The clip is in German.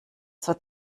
zur